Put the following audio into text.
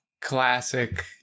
classic